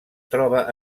troba